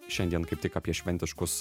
šiandien kaip tik apie šventiškus